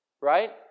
Right